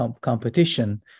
competition